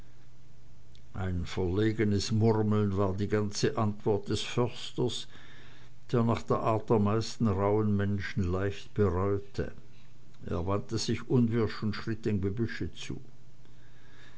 ein verlegenes murmeln war die ganze antwort des försters der nach art der meisten rauhen menschen leicht bereute er wandte sich unwirsch und schritt dem gebüsche zu